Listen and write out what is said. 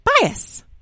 bias